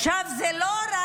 עכשיו, זה לא רק,